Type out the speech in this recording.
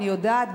אני יודעת,